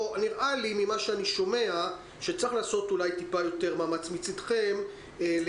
נראה לי ממה שאני שומע שצריך לעשות אולי טיפה יותר מאמץ מצידכם כדי